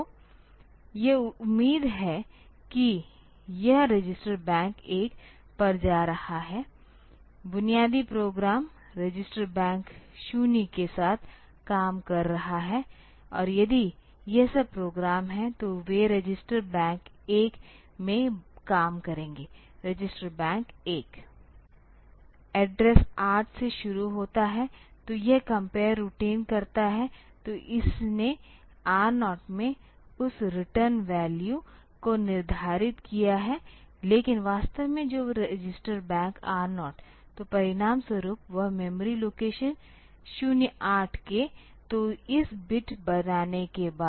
तो यह उम्मीद है कि यह रजिस्टर बैंक 1 पर जा रहा है बुनियादी प्रोग्राम रजिस्टर बैंक 0 के साथ काम कर रहा है और यदि यह सब प्रोग्राम हैं तो वे रजिस्टर बैंक1 में काम करेंगे रजिस्टर बैंक 1 एड्रेस 8 से शुरू होता है तो यह कंपेयर रूटीन करता है तो इसने R0 में उस रिटर्न वैल्यू को निर्धारित किया है लेकिन वास्तव में जो रजिस्टर बैंक R0 तो परिणामस्वरूप वह मेमोरी लोकेश 08 के तो इस बिट बनाने के बाद